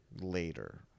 Later